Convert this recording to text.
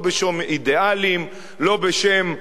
לא בשם אידיאלים,